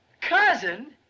Cousin